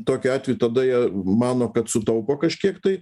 tokiu atveju tada jie mano kad sutaupo kažkiek tai